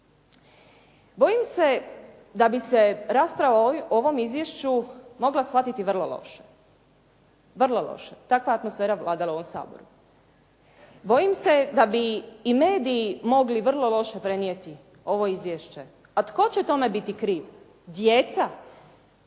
Bojim se da bi se rasprava o ovom izvješću mogla shvatiti vrlo loše, vrlo loše. Takva je atmosfera vladala u ovom Saboru. Bojim se da bi i mediji mogli vrlo loše prenijeti ovo izvješće. A tko će tome biti kriv? Djeca?